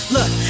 Look